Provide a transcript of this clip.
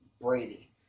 Brady